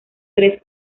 tres